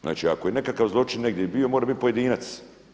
Znači, ako je nekakav zločin negdje bio mora biti pojedinac.